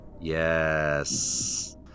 yes